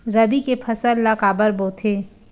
रबी के फसल ला काबर बोथे?